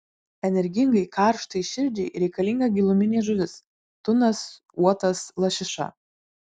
energingai karštai širdžiai reikalinga giluminė žuvis tunas uotas lašiša